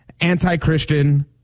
anti-Christian